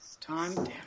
time